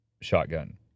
shotgun